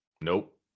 Nope